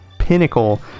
pinnacle